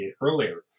earlier